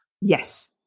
Yes